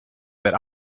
that